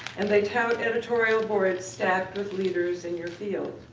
and they tout editorial boards staffed with leaders in your field.